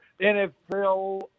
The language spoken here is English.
NFL